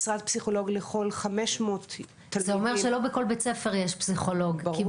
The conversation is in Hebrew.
משרת פסיכולוג לכל 500 תלמידים --- זה